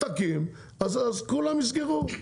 תקים אז כולם יסגרו,